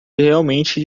realmente